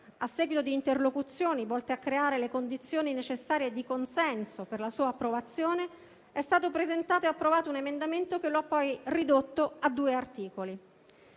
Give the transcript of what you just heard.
A seguito di interlocuzioni volte a creare le condizioni necessarie di consenso per la sua approvazione, è stato presentato e approvato un emendamento che lo ha poi ridotto a due articoli.